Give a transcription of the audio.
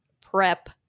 prep